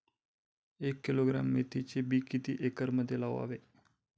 एक किलोग्रॅम मेथीचे बी किती एकरमध्ये लावावे?